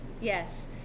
Yes